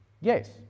Yes